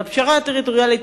והפשרה הטריטוריאלית